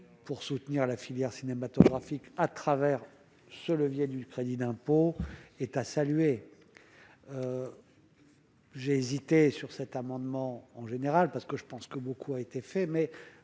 pour soutenir la filière cinématographique à travers ce levier du crédit d'impôt est à saluer, j'ai hésité sur cet amendement en général parce que je pense que beaucoup a été fait mais